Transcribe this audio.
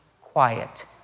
quiet